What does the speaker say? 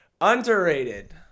Underrated